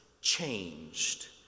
changed